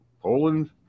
Poland